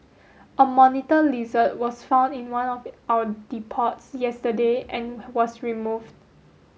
a monitor lizard was found in one of our depots yesterday and was removed